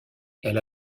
elle